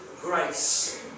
grace